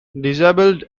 disabled